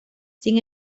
sin